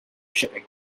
shipping